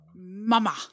Mama